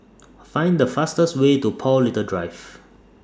Find The fastest Way to Paul Little Drive